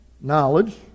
knowledge